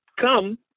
come